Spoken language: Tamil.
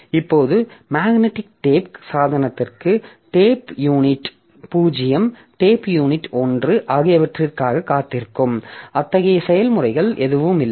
இப்போது மேக்னெட்டிக் டேப் சாதனத்திற்கு டேப் யூனிட் 0 டேப் யூனிட் 1 ஆகியவற்றிற்காக காத்திருக்கும் அத்தகைய செயல்முறைகள் எதுவும் இல்லை